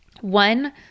One